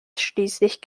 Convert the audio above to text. schließlich